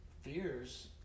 fears